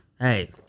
Hey